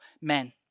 men